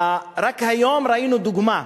רק היום ראינו דוגמה,